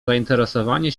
zainteresowanie